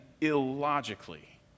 illogically